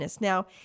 Now